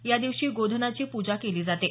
या दिवशी गोधनाची पूजा केली जाते